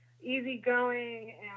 easygoing